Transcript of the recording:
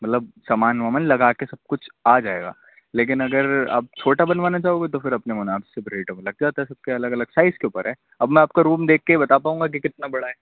مطلب سامان وامان لگا کے سب کچھ آ جائے گا لیکن اگر آپ چھوٹا بنوانا چاہو گے تو پھر اپنے منابپ سے ریٹوں میں لگ جاتا ہے سب کے الگ الگ سائز کے اپر ہے اب میں آپ کا روم دیکھ کے ہی بتا پاؤں گا کہ کتنا بڑا ہے